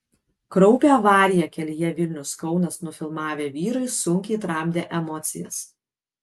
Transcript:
kraupią avariją kelyje vilnius kaunas nufilmavę vyrai sunkiai tramdė emocijas